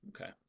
Okay